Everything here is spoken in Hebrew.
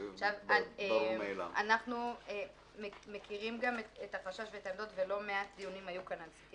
אנחנו מכירים את החשש ולא מעט דיונים היו כאן.